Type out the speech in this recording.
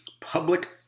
public